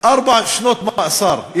ארבע שנות מאסר.